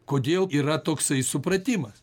kodėl yra toksai supratimas